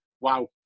wow